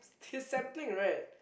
his sampling right